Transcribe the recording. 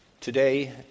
today